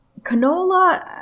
canola